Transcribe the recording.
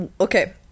okay